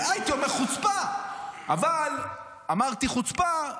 הייתי אומר חוצפה, אבל אמרתי חוצפה,